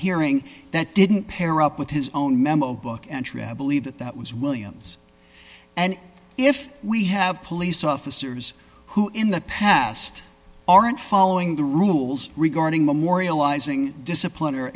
hearing that didn't pair up with his own memo book and travel leave that that was williams and if we have police officers who in the past aren't following the rules regarding memorializing discipline